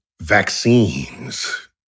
vaccines